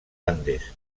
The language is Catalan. andes